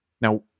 Now